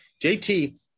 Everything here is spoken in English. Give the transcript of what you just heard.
JT